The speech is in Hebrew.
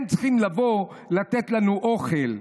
הם צריכים לבוא לתת לנו אוכל.